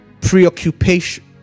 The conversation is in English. preoccupation